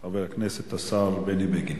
חבר הכנסת השר בני בגין.